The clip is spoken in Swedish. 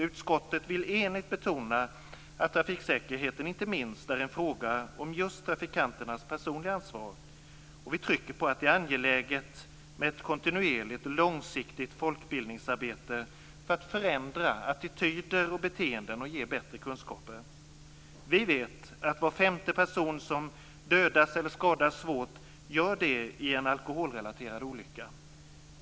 Utskottet vill enigt betona att trafiksäkerheten inte minst är en fråga om just trafikanternas personliga ansvar, och vi trycker på att det är angeläget med ett kontinuerligt och långsiktigt folkbildningsarbete för att förändra attityder och beteenden och ge bättre kunskaper. Vi vet att var femte person som dödas eller skadas svårt råkar ut för det i en alkoholrelaterad olycka.